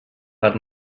per